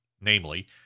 namely